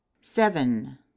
seven